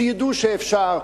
שידעו שאפשר.